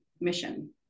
mission